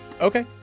Okay